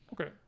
okay